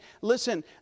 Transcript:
listen